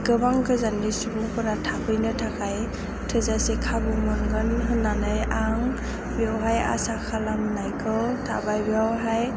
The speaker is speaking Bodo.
बेवहाय गोबां गोजाननि सुबुंफोरा थाफैनो थाखाय थोजासे खाबु मोनगोन होननानै आं बेयावहाय आसा खालामनायखौ थाबाय बेयावहाय